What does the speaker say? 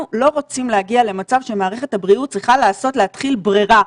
אנחנו לא רוצים להגיע למצב שמערכת הבריאות צריכה להתחיל ברירה,